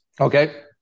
Okay